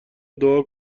دعا